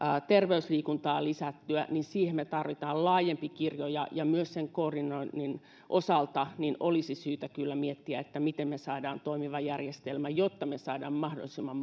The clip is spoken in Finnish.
terveysliikuntaa lisättyä me tarvitsemme laajemman kirjon ja ja myös sen koordinoinnin osalta olisi syytä kyllä miettiä miten me saamme toimivan järjestelmän jotta me saamme mahdollisimman